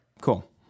Cool